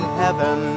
heaven